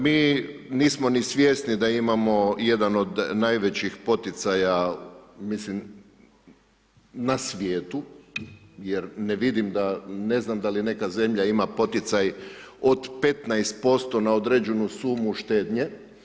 Mi nismo ni svjesni da imamo jedan od najvećih poticaja na svijetu jer ne vidim da, ne znam da li neka zemlja ima poticaj od 15% na određenu sumu štednje.